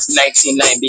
1990